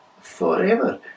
forever